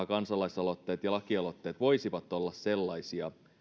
kansalaisaloitteet ja lakialoitteet voisivat olla sellaisia